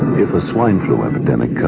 swine flu epidemic comes,